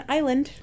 Island